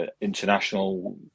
international